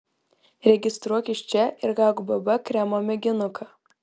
registruokis čia ir gauk bb kremo mėginuką